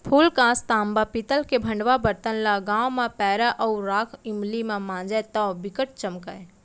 फूलकास, तांबा, पीतल के भंड़वा बरतन ल गांव म पैरा अउ राख इमली म मांजय तौ बिकट चमकय